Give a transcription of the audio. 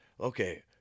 Okay